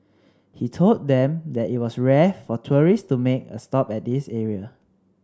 he told them that it was rare for tourist to make a stop at this area